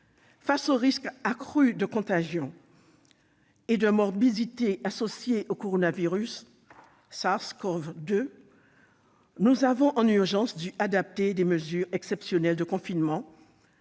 Face aux risques accrus de contagion et de morbidité associés au coronavirus SARS-CoV-2, nous avons en urgence dû adopter des mesures exceptionnelles de confinement,